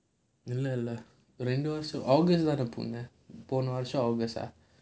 எதுனால ரெண்டு வருஷம்:ethunaala rendu varusham போன வருஷம்:pona varusham august ah